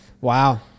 Wow